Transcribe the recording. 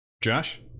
Josh